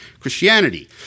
Christianity